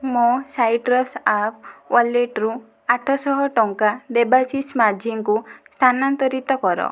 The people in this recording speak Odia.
ମୋ' ସାଇଟ୍ରସ୍ ଆପ୍ ୱାଲେଟରୁ ଆଠ ଶହ ଟଙ୍କା ଦେବାଶିଷ ମାଝୀଙ୍କୁ ସ୍ଥାନାନ୍ତରିତ କର